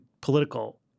political